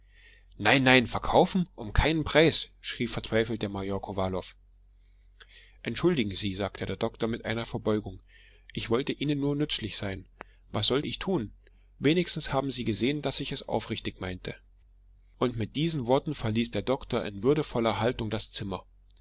nein nein verkaufen um keinen preis schrie verzweifelt der major kowalow entschuldigen sie sagte der doktor mit einer verbeugung ich wollte ihnen nur nützlich sein was soll ich tun wenigstens haben sie gesehen daß ich es aufrichtig meinte und mit diesen worten verließ der doktor in würdevoller haltung das zimmer